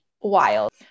wild